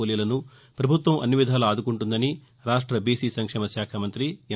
కూలీలను పభుత్వం అన్ని విధాలా ఆదుకుంటుందని రాష్ట బీసి సంక్షేమ శాఖా మంతి ఎం